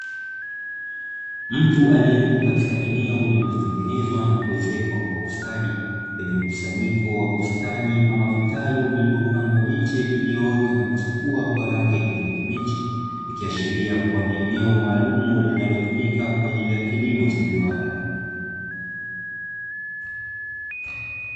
Mtu aliyepo katika eneo lililotengenezwa na kuezekwa kwa ustadi, lenye mkusanyiko wa bustani ama vitalu vilivyopandwa miche, iliyoota na kuchepua kwa rangi ya kijani kibichi, ikiashiria kuwa ni eneo maalumu linalotumika kwa ajili ya kilimo cha viwanda.